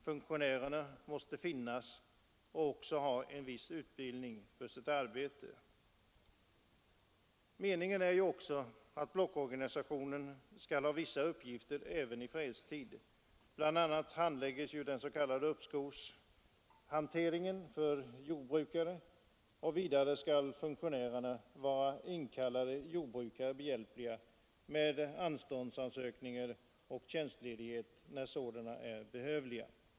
Funktionärerna måste finnas på plats och även ha en viss utbildning för sitt arbete. Vidare är det meningen att blockorganisationen skall ha vissa uppgifter i fredstid. Organisationen skall bl.a. handlägga den s.k. uppskovshanteringen för jordbrukare, och vidare skall funktionärerna vara inkallade jordbrukare behjälpliga med anståndsansökningar och tjänstledighetsansökningar när sådana är behövliga.